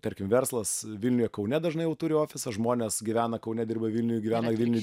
tarkim verslas vilniuje kaune dažnai jau turiu ofisą žmonės gyvena kaune dirba vilniuj gyvena vilniuj